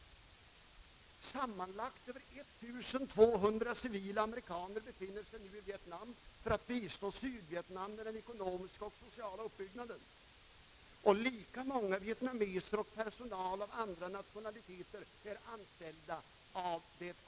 Sammanlagt över 1200 civila amerikaner befinner sig nu i Vietnam för att bistå Sydvietnam med den ekonomiska och sociala uppbyggnaden, och lika många vietnameser och personer av andra nationaliteter är anställda av AID.